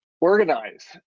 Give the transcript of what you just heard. Organize